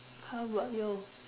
how about you